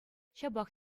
ҫапах